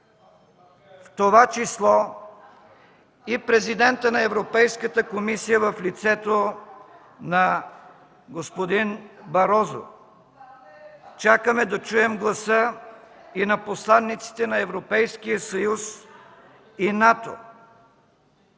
в това число и президентът на Европейската комисия в лицето на господин Барозу. Чакаме да чуем гласът и на посланиците на Европейския съюз и НАТО.